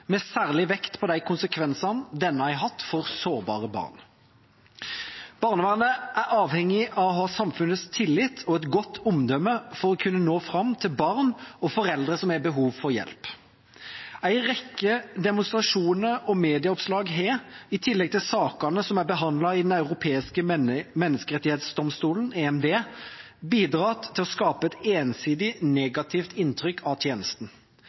med særlig vekt på de konsekvensene denne har hatt for sårbare barn. Barnevernet er avhengig av å ha samfunnets tillit og et godt omdømme for å kunne nå fram til barn og foreldre som har behov for hjelp. En rekke demonstrasjoner og medieoppslag har, i tillegg til sakene som er behandlet i Den europeiske menneskerettsdomstol, EMD, bidratt til å skape et ensidig negativt inntrykk av tjenesten.